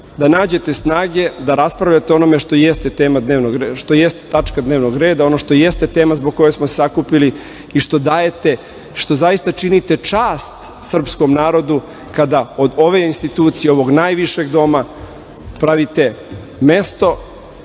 da nađete snage da raspravljate o onome što jeste tačka dnevnog reda, ono što jeste tema zbog koje smo se sakupili i što dajete, što zaista činite čast srpskom narodu kada od ove institucije, ovog najvišeg doma pravite mesto